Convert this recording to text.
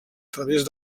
través